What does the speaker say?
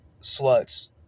sluts